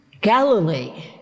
Galilee